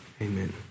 Amen